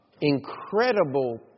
incredible